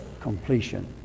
completion